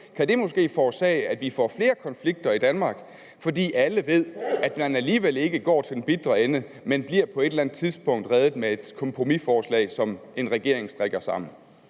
kan det måske forårsage, at vi får flere konflikter i Danmark, fordi alle ved, at man alligevel ikke går til den bitre ende, men bliver på et eller andet tidspunkt reddet med et kompromisforslag, som en regering strikker sammen?